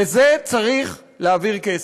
לזה צריך להעביר כסף.